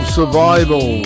Survival